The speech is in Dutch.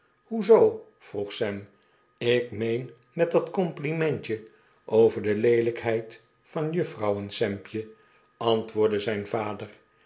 hoe zoo vroeg sam ik meen met dat complimentje over de leelijkheid van juffrouwen sampje antwoordde zyn vader